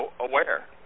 aware